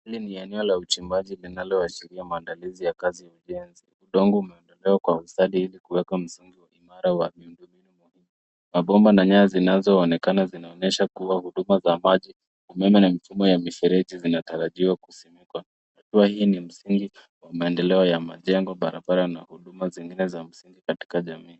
Hili ni eneo la uchimbaji linaloashiria maandalizi ya kazi ya ujenzi. Udongo umeondolewa kwa ustadi ili kuweka msingi imara wa miundo mbinu. Mabomba na nyaya zinazoonekana zinaonyesha kuwa huduma za maji, umeme na mifumo ya mifereji zinatarajiwa kusimika. Kuwa hii ni msingi wa maendeleo ya majengo, barabara na huduma nyingine za msingi katika jamii.